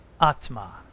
atma